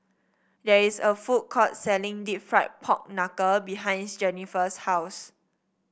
there is a food court selling deep fried Pork Knuckle behind Jennifer's house